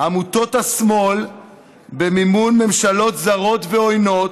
עמותות השמאל במימון ממשלות זרות ועוינות,